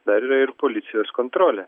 dar yra ir policijos kontrolė